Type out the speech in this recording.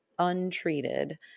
untreated